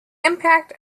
impact